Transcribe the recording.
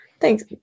thanks